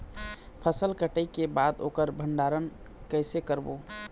फसल कटाई के बाद ओकर भंडारण कइसे करबो?